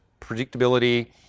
predictability